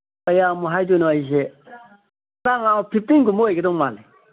ꯀꯌꯥꯃꯨꯛ ꯍꯥꯏꯗꯣꯏꯅꯣ ꯑꯩꯁꯦ ꯐꯤꯐꯇꯤꯟꯒꯨꯝꯕ ꯑꯣꯏꯒꯗꯧ ꯃꯥꯜꯂꯦ